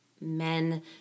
men